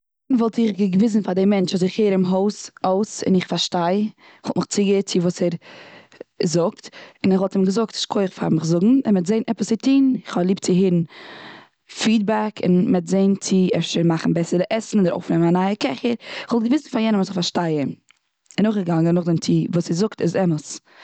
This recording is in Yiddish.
וועלט איך געוויזן פאר די מענטש איך הער אים אויס, אויס און איך פארשטיי. כ'וואלט מיך צו געהערט וואס ער זאגט. און כ'וואלט אים געזאגט. שכח פארן מיך זאגן. און כ'וועל זעהן עפעס צו טון. כ'האב ליב צו הערן פידבעק. אן מ'וועט זעהן אפשר צו מאכן בעסער די עסן. אדער אויפנעמען א נייע קעכער. כ'וואלט געוויזן פאר יענעם אז כ'פארשטיי אים. און נאך געגאנגען נאך דעם, צו וואס ער זאגט איז אמת.